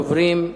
ראשון הדוברים,